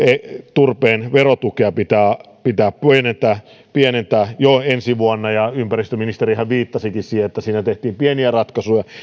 turpeen verotukea pitää pitää pienentää jo ensi vuonna ja ympäristöministerihän viittasikin siihen että siinä tehtiin pieniä ratkaisuja